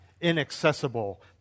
inaccessible